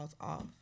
off